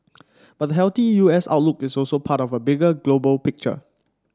but the healthy U S outlook is also part of a bigger global picture